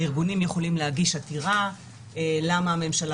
הארגונים יכולים להגיש עתירה למה הממשלה